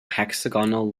hexagonal